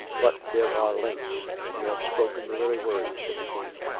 but there are lengths you have spoken the very word, said the queen.